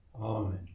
Amen